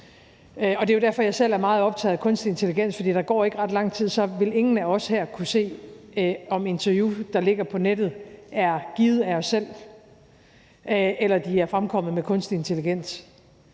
Det er derfor, jeg selv er meget optaget af kunstig intelligens. For der går ikke ret lang tid, så vil ingen af os her kunne se, om et interview, der ligger på nettet, er givet af os selv, eller om det er fremkommet ved hjælp af kunstig intelligens.